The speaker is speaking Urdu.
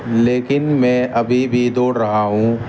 لیکن میں ابھی بھی دوڑ رہا ہوں